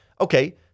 okay